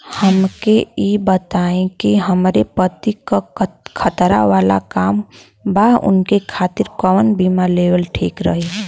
हमके ई बताईं कि हमरे पति क खतरा वाला काम बा ऊनके खातिर कवन बीमा लेवल ठीक रही?